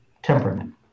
temperament